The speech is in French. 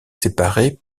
séparés